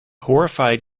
horrified